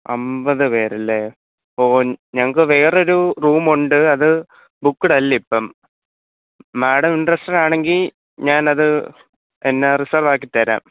അമ്പത് പേർ അല്ലേ ഓ ഞങ്ങൾക്ക് വേറെ ഒരു റൂം ഉണ്ട് അത് ബൂക്ക്ഡ് അല്ല ഇപ്പം മാഡം ഇൻട്രസ്റ്റഡ് ആണെങ്കിൽ ഞാൻ അത് എന്നാൽ റിസേർവ്ഡ് ആക്കിത്തരാം